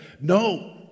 No